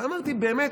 אבל אמרתי, באמת,